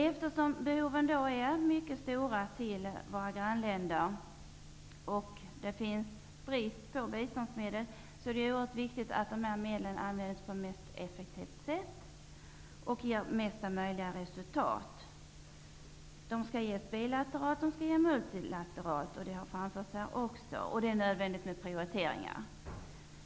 Eftersom behoven är mycket stora i våra grannländer och det är brist på biståndsmedel, är det oerhört viktigt att medlen används på mest effektiva sätt och ger bästa möjliga resultat. De skall ges bilateralt och multilateralt. Det är nödvändigt med prioriteringar.